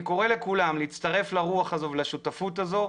אני קורא לכולם להצטרף לרוח הזאת ולשותפות הזאת,